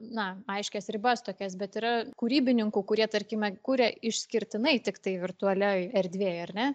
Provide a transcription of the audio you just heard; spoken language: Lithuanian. na aiškias ribas tokias bet yra kūrybininkų kurie tarkime kuria išskirtinai tiktai virtualioje erdvėje ar ne